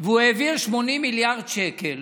והוא העביר 80 מיליארד שקל